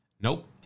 nope